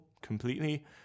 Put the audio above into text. completely